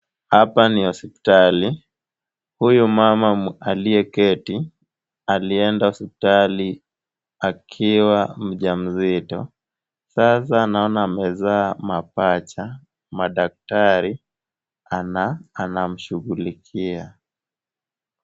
Hapa ni hospitali ,huyu mama aliyeketi alienda hospitali akiwa mjamzito. Sasa naona amezaa mapacha. Madaktari anamshughulikia.